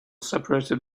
separated